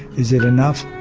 is it enough?